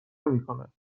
میکند